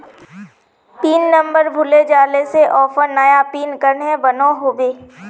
Pin number भूले जाले से ऑफर नया पिन कन्हे बनो होबे?